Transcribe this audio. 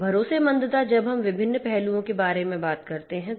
भरोसेमंदता जब हम विभिन्न पहलुओं के बारे में बात करते हैं तो